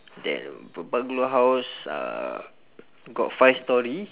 then bu~ bungalow house uh got five storey